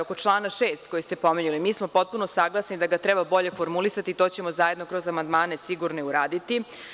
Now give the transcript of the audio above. Oko člana 6. koji ste pominjali, mi smo potpuno saglasni da ga treba bolje formulisati i to ćemo zajedno kroz amandmane sigurno i uraditi.